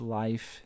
life